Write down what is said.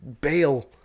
bail